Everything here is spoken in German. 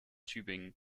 tübingen